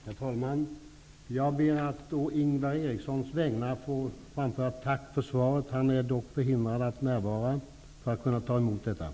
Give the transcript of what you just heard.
Herr talman! Jag ber att å Ingvar Erikssons vägnar få framföra ett tack för svaret. Ingvar Eriksson är alltså, tyvärr, förhindrad att vara här och ta emot svaret.